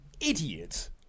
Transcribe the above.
idiot